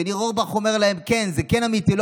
וניר אורבך אומר להם: זה כן אמיתי,